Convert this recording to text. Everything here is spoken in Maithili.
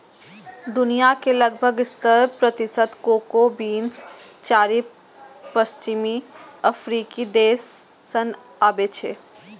दुनिया के लगभग सत्तर प्रतिशत कोको बीन्स चारि पश्चिमी अफ्रीकी देश सं आबै छै